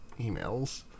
emails